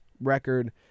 record